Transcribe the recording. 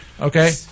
okay